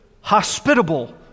hospitable